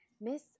Miss